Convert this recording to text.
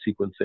sequencing